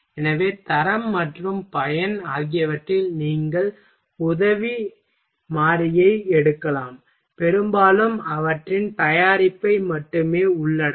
எனவே தரம் மற்றும் பயன் ஆகியவற்றில் நீங்கள் உதவி மாறியை எடுக்கலாம் பெரும்பாலும் அவற்றின் தயாரிப்பை மட்டுமே உள்ளடக்கும்